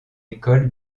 école